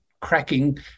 cracking